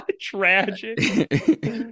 Tragic